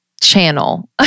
Channel